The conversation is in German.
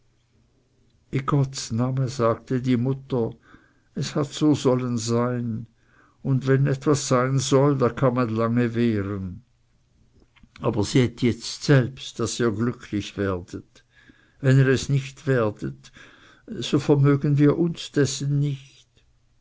in gottsname sagte die mutter es hat so sollen sein und wenn etwas sein soll da kann man lange wehren aber seht jetzt selbst daß ihr glücklich werdet wenn ihr es nicht werdet so vermögen wir uns dessen nicht